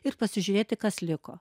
ir pasižiūrėti kas liko